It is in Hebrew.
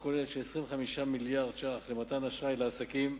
כולל של 25 מיליארד שקלים למתן אשראי לעסקים,